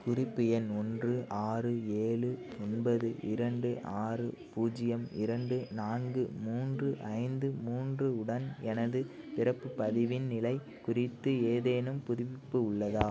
குறிப்பு எண் ஒன்று ஆறு ஏழு ஒன்பது இரண்டு ஆறு பூஜ்ஜியம் இரண்டு நான்கு மூன்று ஐந்து மூன்று உடன் எனது பிறப்புப் பதிவின் நிலை குறித்து ஏதேனும் புதுப்பிப்பு உள்ளதா